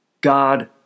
God